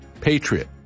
PATRIOT